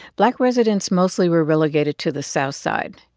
black residents mostly were relegated to the south side.